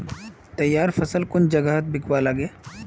तैयार फसल कुन जगहत बिकवा लगे?